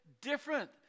different